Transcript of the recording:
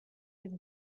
dem